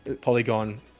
polygon